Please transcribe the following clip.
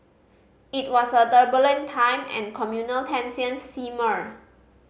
it was a turbulent time and communal tensions simmered